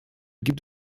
gibt